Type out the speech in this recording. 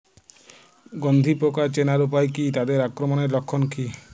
গন্ধি পোকা চেনার উপায় কী তাদের আক্রমণের লক্ষণ কী?